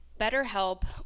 BetterHelp